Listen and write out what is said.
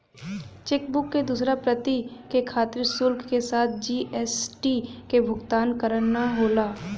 chequebook क दूसर प्रति के खातिर शुल्क के साथ जी.एस.टी क भुगतान करना होला